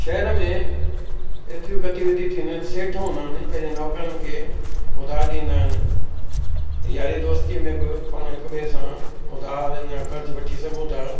शहर में एतिरियूं गतिविधियूं थींदी आहिनि सेठ हूंदा आहिनि पंहिंजे नौकरनि खे उधार ॾींदा आहिनि यारी दोस्तीअ में बि पाण हिक ॿिए सां उधार या कर्ज़ु वठी सघूं था